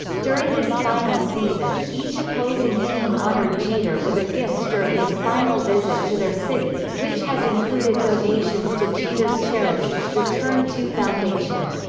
during his final season, each opposing team honored jeter with a gift during his final visit to their city, which has included donations to jeter's charity, the turn two foundation.